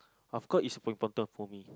of course is important for me